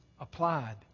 applied